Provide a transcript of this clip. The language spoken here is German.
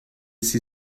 sie